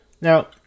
Now